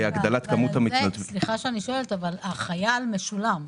החייל משולם,